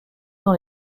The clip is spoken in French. dans